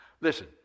listen